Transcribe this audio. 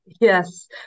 Yes